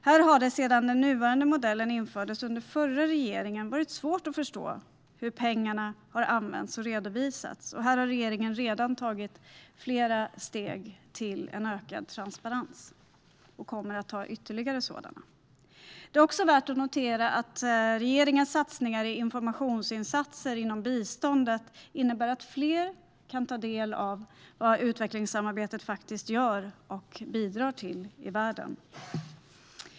Här har det sedan den nuvarande modellen infördes under den förra regeringen varit svårt att se och förstå hur pengarna har använts och redovisats. Här har regeringen redan tagit flera steg mot en ökad transparens, och man kommer att ta ytterligare sådana. Det är också värt att notera att regeringens satsningar på informationsinsatser för biståndet också innebär att fler kan ta del av vad utvecklingssamarbetet faktiskt gör och bidrar till i världen.